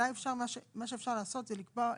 מה שאפשר לעשות זה לקבוע,